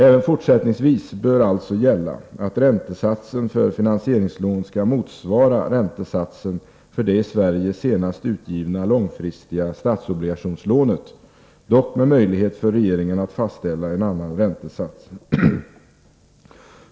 Även fortsättningsvis bör alltså gälla att räntesatsen för finansieringslån skall motsvara räntesatsen för det i Sverige senaste utgivna långfristiga statsobligationslånet, dock med möjlighet för regeringen att fastställa en annan räntesats.